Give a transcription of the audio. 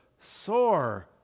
sore